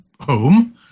home